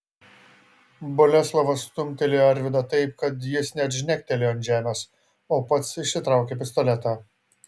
boleslovas stumtelėjo arvydą taip kad jis net žnektelėjo ant žemės o pats išsitraukė pistoletą